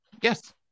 Yes